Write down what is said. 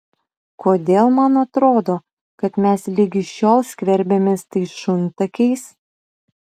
kodėl man atrodo kad mes ligi šiol skverbiamės tais šuntakiais